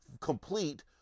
complete